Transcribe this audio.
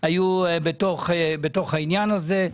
היו בתוך העניין הזה.